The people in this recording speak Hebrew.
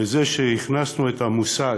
בזה שהכנסנו את המושג